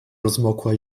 rozmokła